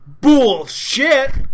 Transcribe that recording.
Bullshit